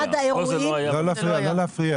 לא להפריע.